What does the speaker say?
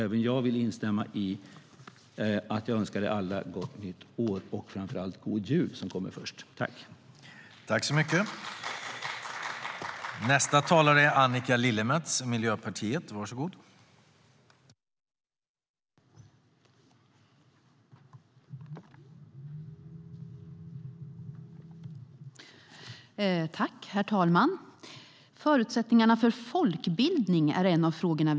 Även jag vill önska er alla en god jul och ett gott nytt år.